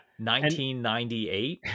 1998